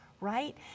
right